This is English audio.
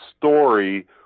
story